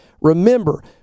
remember